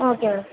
okay ma'am